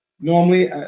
Normally